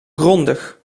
grondig